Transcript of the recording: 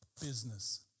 business